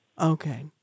Okay